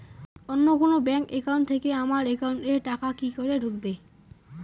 অন্য কোনো bank account থেকে আমার একাউন্ট এ টাকা কি করে ঢুকবে?